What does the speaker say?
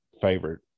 favorite